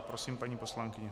Prosím, paní poslankyně.